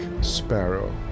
Sparrow